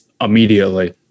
immediately